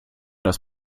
das